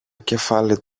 κεφάλι